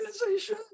organization